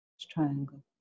triangle